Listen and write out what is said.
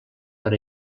per